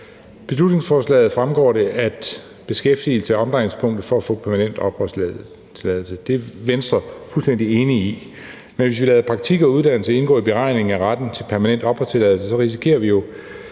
beslutningsforslaget fremgår det, at beskæftigelse er omdrejningspunktet for at få permanent opholdstilladelse. Det er Venstre fuldstændig enige i, men hvis vi lader praktik og uddannelse indgå i beregningen af retten til permanent opholdstilladelse, risikerer vi jo,